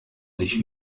sich